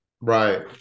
Right